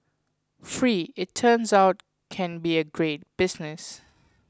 free it turns out can be a great business